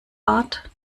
art